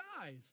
guys